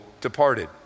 departed